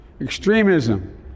extremism